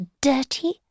dirty